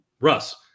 Russ